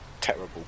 terrible